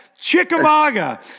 Chickamauga